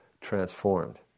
transformed